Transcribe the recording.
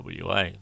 WA